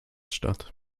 statt